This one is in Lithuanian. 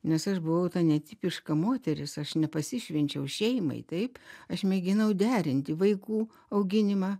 nes aš buvau ta netipiška moteris aš ne pasišvenčiau šeimai taip aš mėginau derinti vaikų auginimą